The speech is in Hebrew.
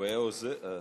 הוא היה העוזר שלו,